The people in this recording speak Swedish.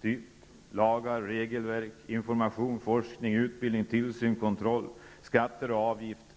slag: lagar, regelverk, information, forskning, utbildning, tillsyn, kontroll samt skatter och avgifter.